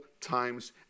times